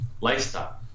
lifestyle